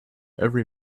every